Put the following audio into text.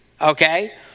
Okay